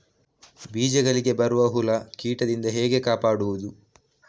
ಬೀಜಗಳಿಗೆ ಬರುವ ಹುಳ, ಕೀಟದಿಂದ ಹೇಗೆ ಕಾಪಾಡುವುದು?